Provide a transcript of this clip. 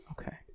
okay